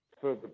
further